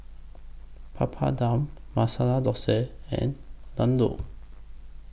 Papadum Masala Dosa and Ladoo